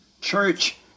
church